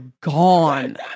gone